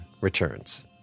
returns